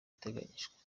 iteganyijwe